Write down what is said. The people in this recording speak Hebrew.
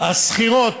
השכירות